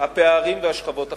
הפערים והשכבות החלשות.